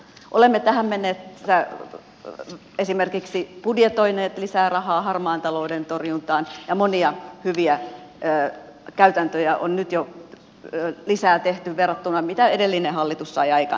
olemme tähän mennessä esimerkiksi budjetoineet lisää rahaa harmaan talouden torjuntaan ja monia hyviä käytäntöjä on nyt jo tehty lisää verrattuna siihen mitä edellinen hallitus sai aikaan